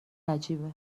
عجیبه